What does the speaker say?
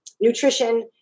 nutrition